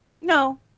No